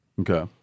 Okay